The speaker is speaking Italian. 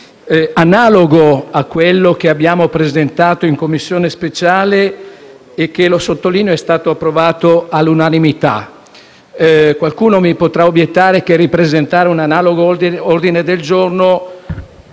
analogo a quello presentato in quella sede e che - lo sottolineo - è stato approvato all'unanimità. Qualcuno mi potrà obiettare che ripresentare un analogo ordine del giorno